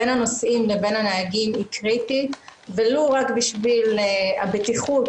בין הנוסעים לבין הנהגים היא קריטית ולו רק בשביל הבטיחות,